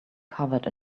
covered